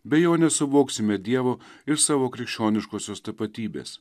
be jo nesuvoksime dievo ir savo krikščioniškosios tapatybės